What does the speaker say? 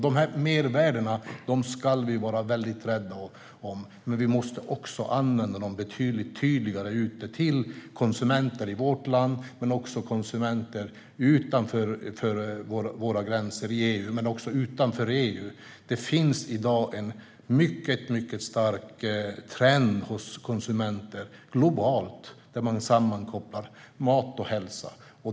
De mervärdena ska vi vara rädda om, men vi måste också använda dem betydligt tydligare till konsumenter i vårt land men också till konsumenter utanför våra gränser i EU och utanför EU. Det finns i dag en mycket stark trend hos konsumenter globalt att sammankoppla mat och hälsa.